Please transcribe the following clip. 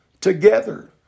together